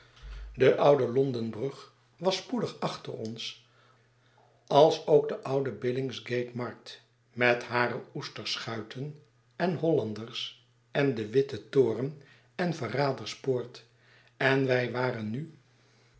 de oude londen brug was spoedig achter ons alsook de oude billingsgatemarkt met hare oesterschuiten en hollanders en de witte toren en de verraders poort en wij waren nu